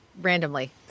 randomly